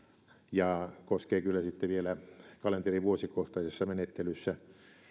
ja koskee tämä kyllä sitten vielä kalenterivuosikohtaisessa menettelyssä